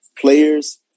Players